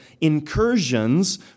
incursions